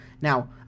Now